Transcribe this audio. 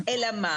אלא מה?